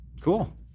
Cool